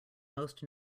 most